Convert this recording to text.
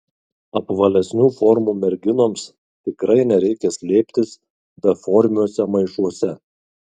apvalesnių formų merginoms tikrai nereikia slėptis beformiuose maišuose